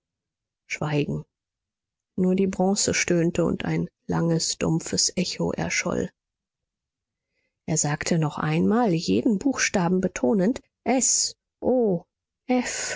schweigen nur die bronze stöhnte und ein langes dumpfes echo erscholl er sagte noch einmal jeden buchstaben betonend s o